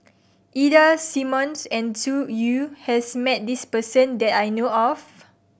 Ida Simmons and Zhu Xu has met this person that I know of